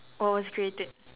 or was created